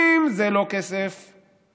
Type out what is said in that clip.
אם זה לא כסף חדש,